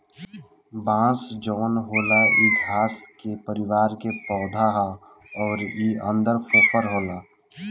बांस जवन होला इ घास के परिवार के पौधा हा अउर इ अन्दर फोफर होला